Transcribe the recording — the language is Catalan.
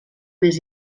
més